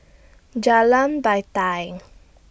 Jalan Batai